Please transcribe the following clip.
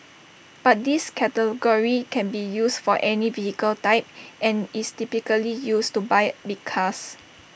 but this category can be used for any vehicle type and is typically used to buy big cars